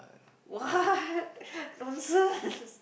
what nonsense